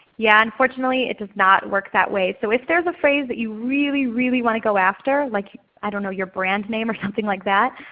yeah, unfortunately it does not work that way. so if there's a phrase that you really, really want to go after like you know your brand name or something like that,